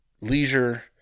leisure